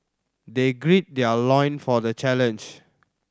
they gird their loin for the challenge